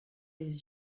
les